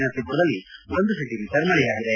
ನರಸೀಪುರದಲ್ಲಿ ಒಂದು ಸೆಂಟಿಮೀಟರ್ ಮಳೆಯಾಗಿದೆ